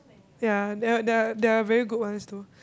ya there are there are there are very good ones though